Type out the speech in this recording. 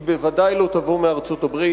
היא בוודאי לא תבוא מארצות-הברית.